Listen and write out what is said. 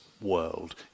world